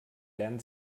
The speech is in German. lernen